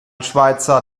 schweizer